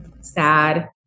sad